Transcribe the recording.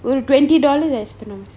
ஒரு:oru twenty dollar as per now